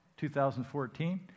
2014